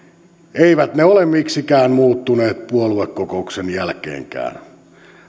eivät ne ole miksikään muuttuneet puoluekokouksen jälkeenkään